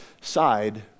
side